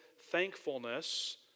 thankfulness